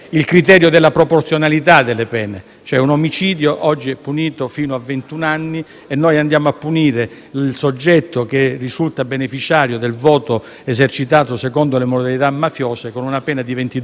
pene: un omicidio oggi è punito fino a ventuno anni, e noi andiamo a punire un soggetto che risulta beneficiario del voto esercitato secondo le modalità mafiose con una pena di ventidue anni e mezzo.